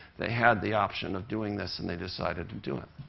they had the option of doing this, and they decided to do it.